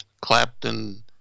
Clapton